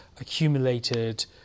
accumulated